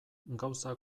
gauza